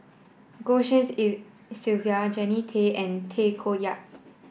Goh Tshin En Sylvia Jannie Tay and Tay Koh Yat